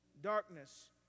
Darkness